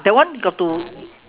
that one got to